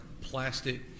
plastic